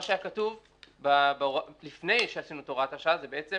מה שהיה כתוב לפני שעשינו את הוראת השעה זה בעצם